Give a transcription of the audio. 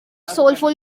soulful